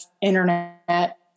internet